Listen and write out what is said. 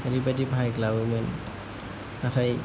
ओरैबायदि बाहायग्लाबोमोन नाथाय